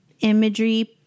imagery